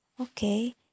Okay